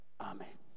Amen